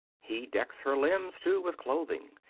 he decks her limbs, too, with clothing,